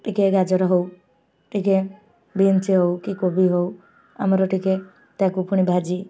ଟିକେ ଗାଜର ହଉ ଟିକେ ବିନ୍ସ ହଉ କି କୋବି ହଉ ଆମର ଟିକେ ତାକୁ ପୁଣି ଭାଜି